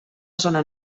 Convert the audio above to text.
zona